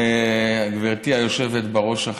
וגברתי היושבת-ראש,